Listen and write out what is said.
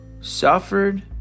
suffered